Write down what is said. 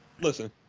Listen